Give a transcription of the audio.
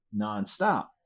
nonstop